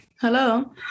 Hello